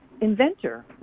inventor